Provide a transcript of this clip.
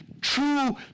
true